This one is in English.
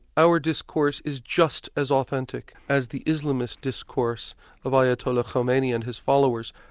our discourse is just as authentic as the islamist discourse of ayatollah khomeini and his followers.